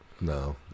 No